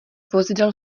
vozidel